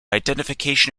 identification